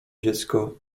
dziecko